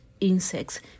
insects